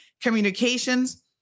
communications